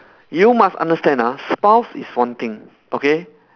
you must understand ah spouse is one thing okay